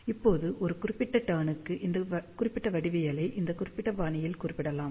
இப்போது ஒரு குறிப்பிட்ட டர்ன் க்கு இந்த குறிப்பிட்ட வடிவவியலை இந்த குறிப்பிட்ட பாணியில் குறிப்பிடலாம்